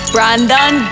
Brandon